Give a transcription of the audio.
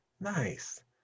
Nice